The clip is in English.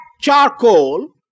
charcoal